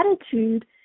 attitude